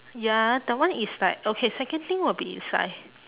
ya that one is like okay second thing will be is like